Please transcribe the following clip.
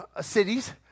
cities